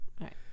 right